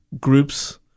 groups